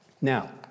Now